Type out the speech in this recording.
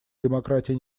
демократия